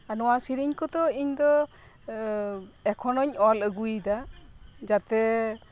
ᱟᱨ ᱱᱚᱶᱟ ᱥᱮᱨᱮᱧ ᱠᱚᱫᱚ ᱤᱧ ᱫᱚ ᱮᱠᱷᱚᱱᱚᱧ ᱚᱞ ᱟᱜᱩᱭᱫᱟ ᱡᱟᱛᱮ